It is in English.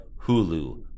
hulu